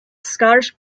scottish